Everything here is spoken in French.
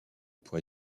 pour